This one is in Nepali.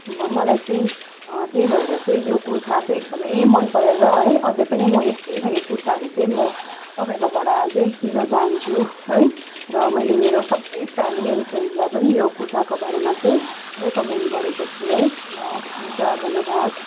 मलाई चाहिँ त्यही भएर चाहिँ यो कुर्ता चाहिँ एकदमै मनपऱ्यो र है अझै पनि म यस्तै खालके कुर्ताहरू चाहिँ म तपाईँकोबाट चाहिँ किन्न चाहन्छु है र मैले मेरो सबै फ्यामिली अनि फ्रेन्ड्सलाई पनि यो कुर्ताको बारेमा चाहिँ रेकोमेन्ड गरेको छु है ल हुन्छ धन्यवाद